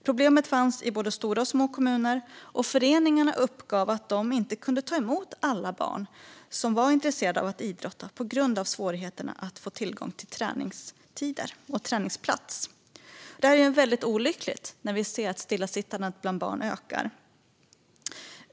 Problemet fanns i både stora och små kommuner, och föreningarna uppgav att de inte kunde ta emot alla barn som var intresserade av att idrotta på grund av svårigheterna att få tillgång till träningstider och träningsplats. Det är väldigt olyckligt när vi ser att stillasittandet ökar bland barn.